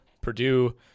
Purdue